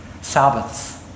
Sabbaths